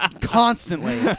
constantly